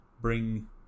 bring